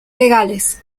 legales